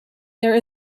there